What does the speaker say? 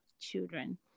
children